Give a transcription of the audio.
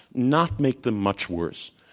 not make them much worse.